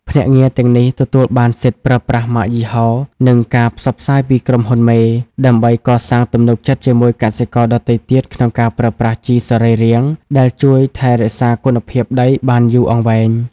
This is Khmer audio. ភ្នាក់ងារទាំងនេះទទួលបានសិទ្ធិប្រើប្រាស់ម៉ាកយីហោ និងការផ្សព្វផ្សាយពីក្រុមហ៊ុនមេ ដើម្បីកសាងទំនុកចិត្តជាមួយកសិករដទៃទៀតក្នុងការប្រើប្រាស់ជីសរីរាង្គដែលជួយថែរក្សាគុណភាពដីបានយូរអង្វែង។